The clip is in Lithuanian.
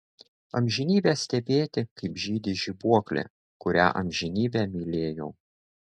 amžinybę stebėti kaip žydi žibuoklė kurią amžinybę mylėjau